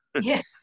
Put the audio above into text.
Yes